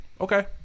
Okay